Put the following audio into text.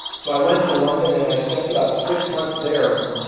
so, i went to london and i spent about six months there